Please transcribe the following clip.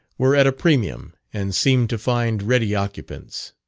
were at a premium, and seemed to find ready occupants.